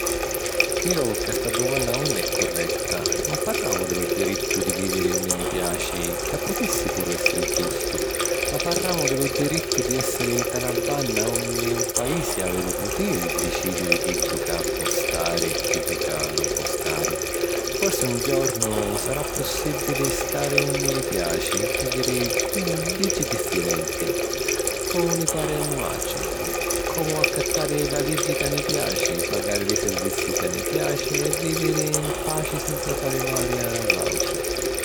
Crìu ca sta dumanna nun è curretta. Nun parramu di lu dirittu di vìviri unni ni piaci, ca putissi puru èssiri giustu, ma parramu di lu dirittu di èssiri nta na banna unni un paisi havi lu putiri di dicìdiri chiddu ca po stari e chiddu ca nun pò stari. Forsi un jornu sarrà pussìbili stari unni ni piaci e vìviri cu liggi diffirenti, comu ni pari a nuàutri. Comu accattari la liggi ca ni piaci, pagari li servizi ca ni piaci e vìviri ‘n paci senza fari mali a l’àutri.